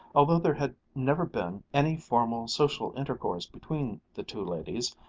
although there had never been any formal social intercourse between the two ladies,